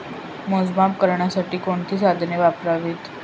मोजमाप करण्यासाठी कोणती साधने वापरावीत?